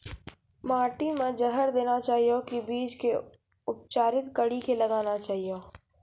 माटी मे जहर देना चाहिए की बीज के उपचारित कड़ी के लगाना चाहिए?